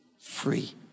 free